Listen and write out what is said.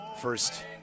first